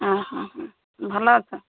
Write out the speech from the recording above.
ଓହୋ ହୋ ହଁ ଭଲ ଅଛ